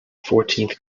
fourteenth